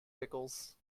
pickles